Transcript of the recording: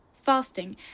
fasting